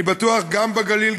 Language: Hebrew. אני בטוח שגם בגליל,